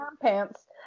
pants